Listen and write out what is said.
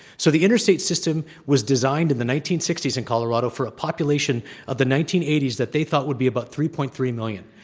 so the interstate system was designed in the nineteen sixty s in colorado for a population of the nineteen eighty s that they thought would be about three. three million.